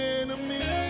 enemy